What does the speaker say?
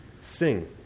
sing